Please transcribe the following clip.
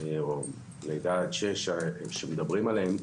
או לידה עד שש שמדברים עליהם,